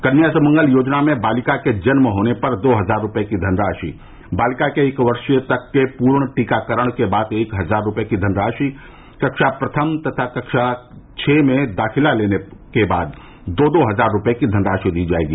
कन्या सुमंगला योजना में बालिका के जन्म होने पर दो हजार रूपये की धनराशि बालिका के एक वर्ष तक के पूर्ण टीकाकरण के बाद एक हजार रूपये की धनराशि कक्षा प्रथम तथा कक्षा छ में दाखिला लेने के बाद दो दो हजार रूपये की धनराशि दी जायेगी